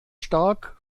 stark